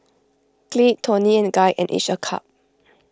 Glade Toni and Guy and each a cup